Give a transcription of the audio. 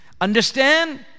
Understand